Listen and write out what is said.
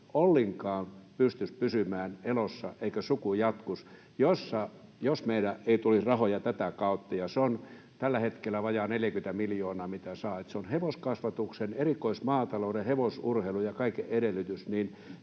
ollenkaan pystyisi, pysymään elossa eikä suku jatkuisi, jos meille ei tulisi rahoja tätä kautta, ja se on tällä hetkellä vajaa 40 miljoonaa, mitä saa. Se on hevoskasvatuksen, erikoismaatalouden, hevosurheilun ja kaiken edellytys,